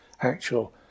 actual